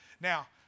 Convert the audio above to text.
Now